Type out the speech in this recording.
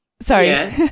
Sorry